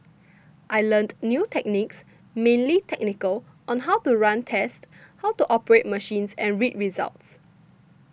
I learnt new techniques mainly technical on how to run tests how to operate machines and read results